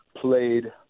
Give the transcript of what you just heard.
played